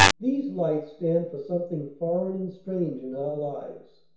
these lights stand for something foreign and strange in our lives.